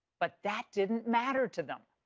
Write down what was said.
but that didn't matter to them!